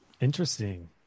Interesting